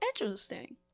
interesting